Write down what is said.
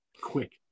quick